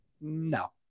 No